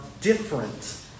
different